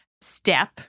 step